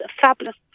fabulous